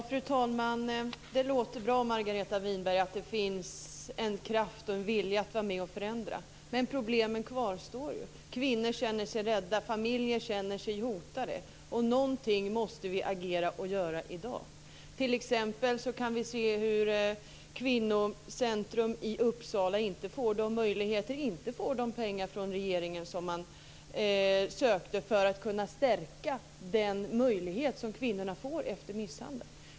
Fru talman! Det låter bra, Margareta Winberg, att det finns en kraft och en vilja att vara med och förändra, men problemen kvarstår. Kvinnor känner sig rädda, och familjer känner sig hotade. Vi måste göra någonting i dag. Vi kan t.ex. se hur Rikskvinnocentrum i Uppsala inte får de pengar från regeringen som man ansökte om för att kunna stärka kvinnornas möjligheter efter misshandel.